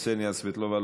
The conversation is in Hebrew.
קסניה סבטלובה,